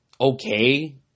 okay